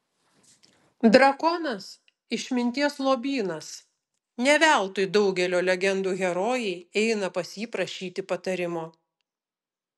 drakonas išminties lobynas ne veltui daugelio legendų herojai eina pas jį prašyti patarimo